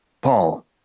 Paul